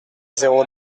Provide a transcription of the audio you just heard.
zéro